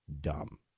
dumb